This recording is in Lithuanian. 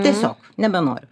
tiesiog nebenoriu